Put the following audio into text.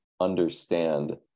understand